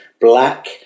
black